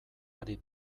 ari